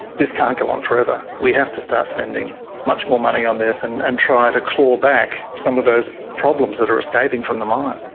this can't go on forever, we have to start spending much more money on this and and try to claw back some of those problems that are escaping from the mine?